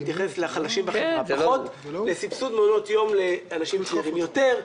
מתייחס לחלשים בחברה פחות לסבסוד למעונות יום לאנשים צעירים יותר,